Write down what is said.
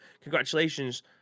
congratulations